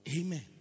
Amen